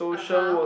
(uh huh)